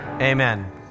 Amen